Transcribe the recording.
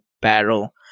battle